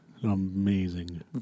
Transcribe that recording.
Amazing